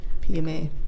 PMA